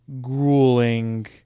grueling